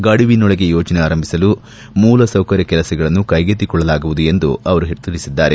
ಗಡುವಿನೊಳಗೆ ಯೋಜನೆ ಆರಂಭಿಸಲು ಮೂಲಸೌಕರ್ಯ ಕೆಲಸಗಳನ್ನು ಕೈಗೆತ್ತಿಕೊಳ್ಳಲಾಗುವುದು ಎಂದು ಅವರು ತಿಳಿಸಿದ್ದಾರೆ